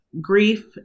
grief